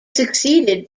succeeded